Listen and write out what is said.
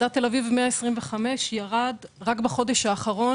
מדד תל אביב 125 ירד רק בחודש האחרון